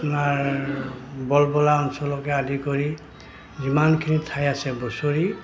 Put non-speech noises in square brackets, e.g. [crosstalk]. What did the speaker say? আপোনাৰ [unintelligible] অঞ্চলকৈ আদি কৰি যিমানখিনি ঠাই আছে বছৰি